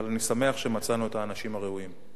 אבל אני שמח שמצאנו את האנשים הראויים.